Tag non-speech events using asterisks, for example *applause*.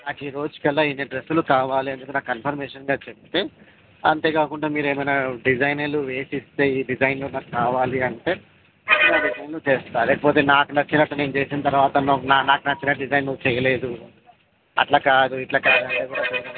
నాకు ఈరోజుకల్లా ఇన్ని డ్రస్సులు కావాలి అనేది నాకు కన్ఫర్మేషన్గా చెప్తే అంతేకాకుండా మీరేమైనా డిజైనులు వేసిస్తే ఈ డిజైన్ నాకు కావాలి అంటే *unintelligible* చేస్తాను లేకపోతే నాకు నచ్చినట్లు నేను చేసిన తరువాత నాకు నాకు నచ్చిన డిజైన్ నువ్వు చేయలేదు అట్లా కాదు ఇట్లా కాదు అంటే కూడా *unintelligible*